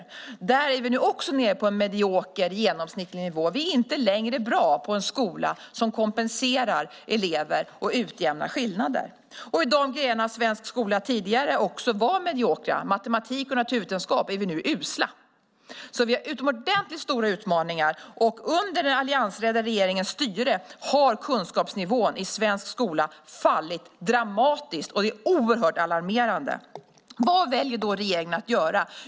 Även där är vi nu nere på en medioker genomsnittlig nivå. Vi är inte längre bra på att ha en skola som kompenserar elever och som utjämnar skillnader. I de grenar där svensk skola tidigare också var medioker - i matematik och naturvetenskap - är vi nu usla. Det finns alltså utomordentligt stora utmaningar. Under alliansregeringens styre har kunskapsnivån i svensk skola dramatiskt fallit. Detta är oerhört alarmerande. Vad väljer då regeringen att göra?